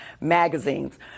magazines